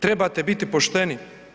Trebate biti pošteni.